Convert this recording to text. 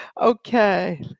Okay